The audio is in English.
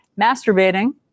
masturbating